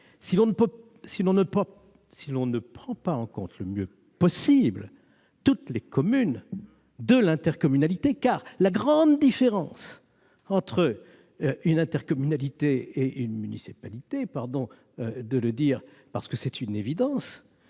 si l'on ne prend pas en compte le mieux possible toutes les communes de l'intercommunalité. En effet, la grande différence entre une intercommunalité et une municipalité- pardon de le dire, parce que c'est une évidence